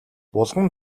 булган